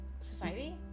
society